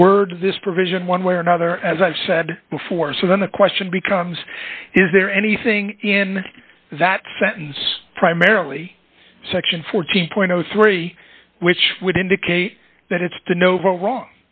words this provision one way or another as i've said before so then the question becomes is there anything in that sentence primarily section fourteen point zero three which would indicate that it's done over wrong